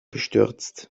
gestürzt